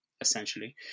essentially